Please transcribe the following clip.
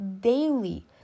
daily